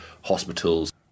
hospitals